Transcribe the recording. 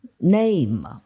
name